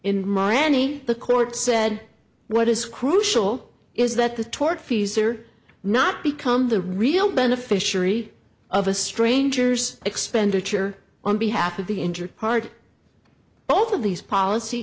miami the court said what is crucial is that the tortfeasor not become the real beneficiary of a stranger's expenditure on behalf of the injured party both of these policy